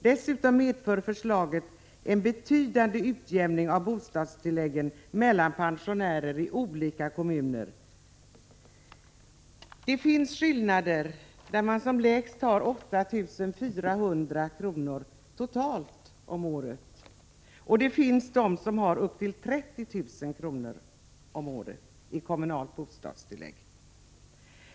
Dessutom medför förslaget en betydande utjämning av bostadstillägget mellan pensionärer i olika kommuner. Som lägst kan en pensionär ha 8 400 kr. totalt om året, medan andra har upp till 30 000 kr. om året i kommunalt bostadstillägg.